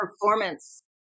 performance